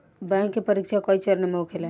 bank के परीक्षा कई चरणों में होखेला